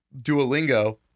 Duolingo